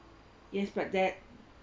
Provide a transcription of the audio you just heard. yes but that